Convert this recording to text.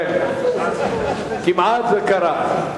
כן, זה כמעט קרה.